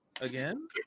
Again